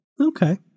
Okay